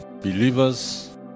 believers